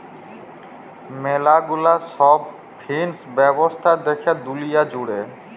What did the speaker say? ম্যালা গুলা সব ফিন্যান্স ব্যবস্থা দ্যাখে দুলিয়া জুড়ে